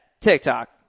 TikTok